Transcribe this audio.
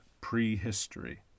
prehistory